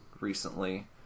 recently